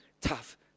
tough